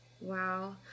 Wow